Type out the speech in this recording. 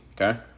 okay